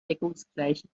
deckungsgleiche